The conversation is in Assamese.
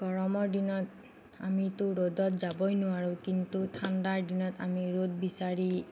গৰমৰ দিনত আমিতো ৰ'দত যাবই নোৱাৰোঁ কিন্তু ঠাণ্ডাৰ দিনত আমি ৰ'দ বিচাৰি